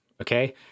okay